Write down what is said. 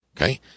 okay